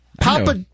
Papa